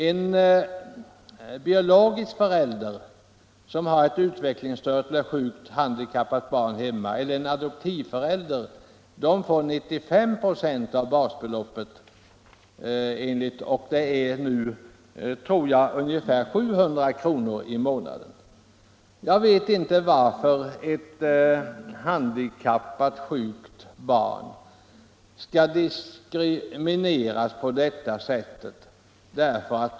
En biologisk förälder eller en adoptivförälder som har ett utvecklingsstört, sjukt eller handikappat barn hemma får 95 26 av basbeloppet, och det är nu ungefär 700 kr. i månaden. Jag vet inte varför handikappade eller sjuka barn skall diskrimineras på detta sätt.